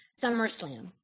SummerSlam